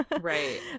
Right